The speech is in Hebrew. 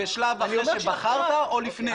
בשלב אחרי שבחרת או לפני?